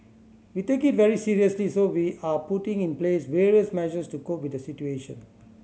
we take it very seriously so we are putting in place various measures to cope with the situation